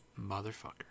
Motherfucker